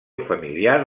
familiar